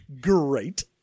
Great